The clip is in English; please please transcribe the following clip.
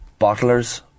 bottlers